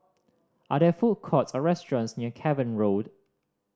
are there food courts or restaurants near Cavan Road